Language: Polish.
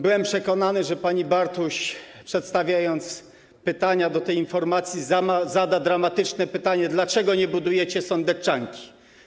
Byłem przekonany, że pani Bartuś, przedstawiając pytania odnośnie do tej informacji, zada dramatyczne pytanie: Dlaczego nie budujecie sądeczanki?